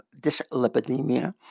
dyslipidemia